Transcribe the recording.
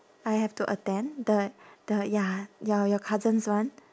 I have to attend the the ya your your cousin's one